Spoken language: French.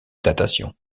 datation